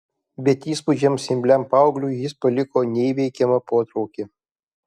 bet įspūdžiams imliam paaugliui jis paliko neįveikiamą potraukį